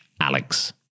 Alex